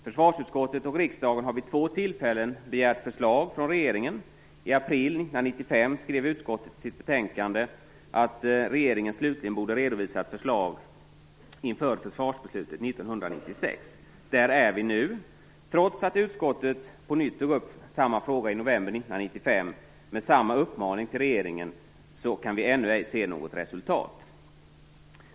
Försvarsutskottet och riksdagen har vid två tillfällen begärt förslag från regeringen. I april 1995 skrev utskottet i sitt betänkande att regeringen slutligen borde redovisa ett förslag inför försvarsbeslutet 1996. Där är vi nu. Trots att utskottet på nytt tog upp samma fråga i november 1995, med samma uppmaning till regeringen, kan vi ännu ej se något resultat.